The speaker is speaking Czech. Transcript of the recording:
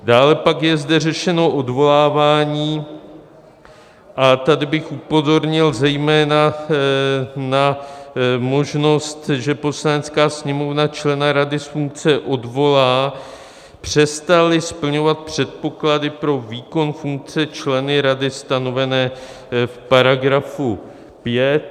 Dále pak je zde řešeno odvolávání a tady bych upozornil zejména na možnost, že Poslanecká sněmovna člena rady z funkce odvolá, přestalli splňovat předpoklady pro výkon funkce členy rady stanovené v § 5.